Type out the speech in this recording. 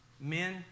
Men